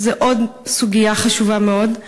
זו עוד סוגיה חשובה מאוד,